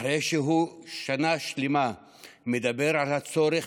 אחרי שהוא שנה שלמה מדבר על הצורך